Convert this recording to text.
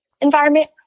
environment